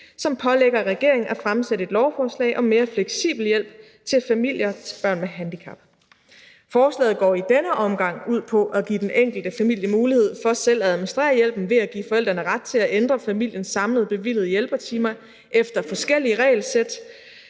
som pålægger regeringen at fremsætte et lovforslag om mere fleksibel hjælp til familier til børn med handicap. Forslaget går i denne omgang ud på at give den enkelte familie mulighed for selv at administrere hjælpen ved at give forældrene ret til at ændre familiens samlede bevilgede hjælpertimer efter forskellige regelsæt